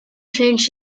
changed